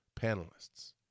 panelists